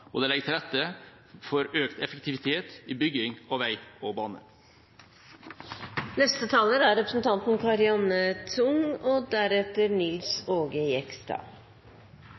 Og det legger til rette for økt effektivitet i bygging av vei og